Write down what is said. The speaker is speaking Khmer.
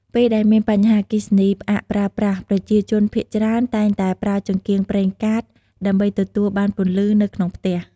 ពេលដែលមានបញ្ហាអគ្គិសនីផ្អាកប្រើប្រាស់ ប្រជាជនភាគច្រើនតែងតែប្រើចង្កៀងប្រេងកាត ដើម្បីទទួលបានពន្លឺនៅក្នុងផ្ទះ។